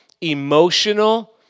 emotional